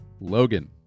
Logan